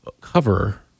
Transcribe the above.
cover